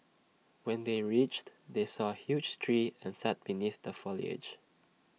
when they reached they saw A huge tree and sat beneath the foliage